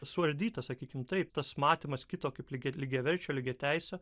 suardyta sakykime taip tas matymas kito kaip lyge lygiaverčio lygiateisio